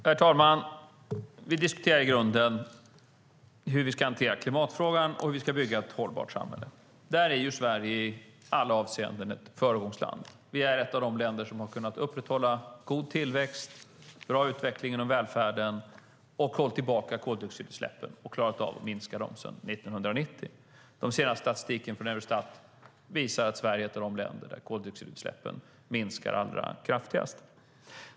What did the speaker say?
Herr talman! Vi diskuterar i grunden hur vi ska hantera klimatfrågan och hur vi ska bygga ett hållbart samhälle. Där är Sverige i alla avseenden ett föregångsland. Vi är ett av de länder som har kunnat upprätthålla god tillväxt och bra utveckling inom välfärden, och vi har hållit tillbaka koldioxidutsläppen och klarat av att minska dem sedan 1990. Den senaste statistiken från Eurostat visar att Sverige är ett av de länder där koldioxidutsläppen minskar allra kraftigast.